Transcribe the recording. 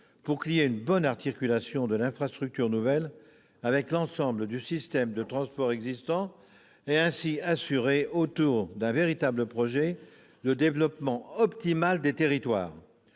pour permettre une bonne articulation de l'infrastructure nouvelle avec l'ensemble du système de transport existant et ainsi assurer, autour d'un véritable projet, le développement optimal des territoires.